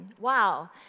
Wow